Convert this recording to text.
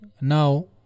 Now